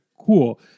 cool